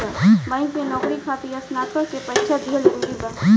Bank में नौकरी खातिर स्नातक के परीक्षा दिहल जरूरी बा?